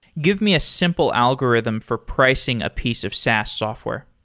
give me a simple algorithm for pricing a piece of saas software.